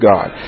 God